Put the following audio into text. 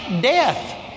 death